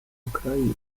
ukrainy